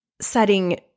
setting